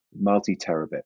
multi-terabit